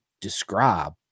describe